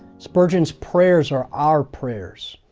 spurgeon's prayers are our prayers.